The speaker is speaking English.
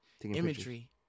imagery